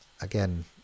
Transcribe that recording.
again